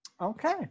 Okay